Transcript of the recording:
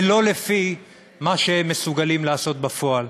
ולא לפי מה שהם מסוגלים לעשות בפועל.